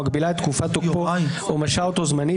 מגבילה את חוקתקופת תוקפו או משהה אותו זמנית,